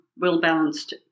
well-balanced